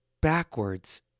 backwards